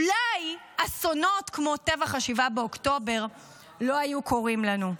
אולי אסונות כמו טבח 7 באוקטובר לא היו קורים לנו.